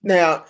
Now